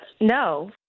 No